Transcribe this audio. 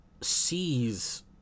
sees